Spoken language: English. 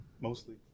mostly